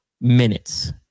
minutes